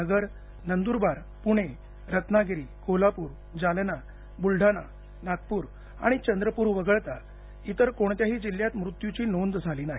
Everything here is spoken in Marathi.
नगर नंदुरबार पुणे रत्नागिरी कोल्हापूर जालना बुलढाणा नागपूर आणि चंद्रपूर वगळता इतर कोणत्याही जिल्ह्यात मृत्यूची नोंद झाली नाही